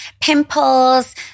pimples